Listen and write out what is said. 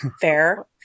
Fair